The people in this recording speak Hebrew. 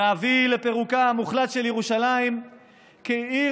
להביא לפירוקה המוחלט של ירושלים כעיר